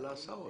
על ההסעות.